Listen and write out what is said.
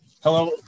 Hello